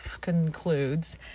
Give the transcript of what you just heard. concludes